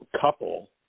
couple